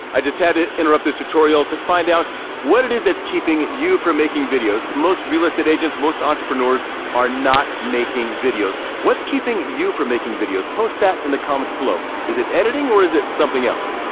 i just had to interrupt this tutorial to find out what it is that's keeping you from making videos? most real estate agents, most entrepreneurs are not making videos. what's keeping you from making videos? post that in the comments below. is it editing or is it something else?